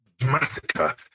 massacre